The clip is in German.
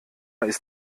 ist